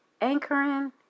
anchoring